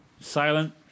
Silent